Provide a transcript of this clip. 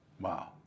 Wow